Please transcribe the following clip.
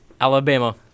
Alabama